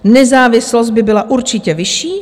Nezávislost by byla určitě vyšší.